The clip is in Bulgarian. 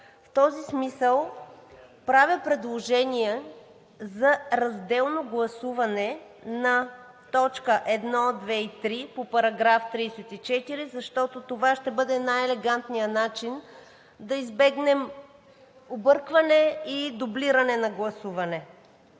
В този смисъл правя предложение за разделно гласуване на точки 1, 2 и 3 по § 34, защото това ще бъде най-елегантният начин да избегнем объркване и дублиране на гласуване.